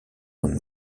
comme